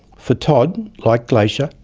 for todd, like glaisher,